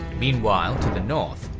meanwhile, to the north,